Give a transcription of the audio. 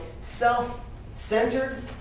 self-centered